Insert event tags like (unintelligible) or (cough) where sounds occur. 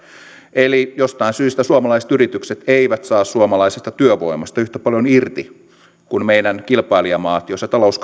eli jostain syystä suomalaiset yritykset eivät saa suomalaisesta työvoimasta yhtä paljon irti kuin meidän kilpailijamaamme joissa talous (unintelligible)